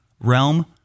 realm